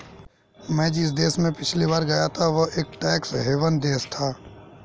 मैं भी जिस देश में पिछली बार गया था वह एक टैक्स हेवन देश था